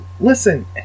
Listen